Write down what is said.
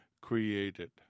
created